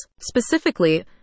specifically